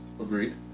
agreed